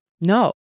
No